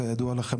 כידוע לכם,